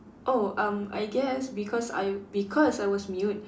oh um I guess because I because I was mute